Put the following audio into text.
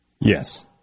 Yes